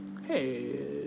Hey